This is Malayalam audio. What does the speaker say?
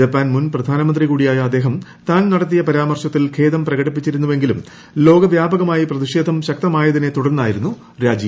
ജപ്പാൻ മുൻ പ്രധാനമന്ത്രി കൂടിയായ് അദ്ദേഹം താൻ നടത്തിയ പരാമർശത്തിൽ ഖേദം പ്രകടിപ്പിച്ചെങ്കിലും ലോക വ്യാപകമായി പ്രതിഷേധം ശക്തമായതിന്റെ തുടർന്നായിരുന്നു രാജി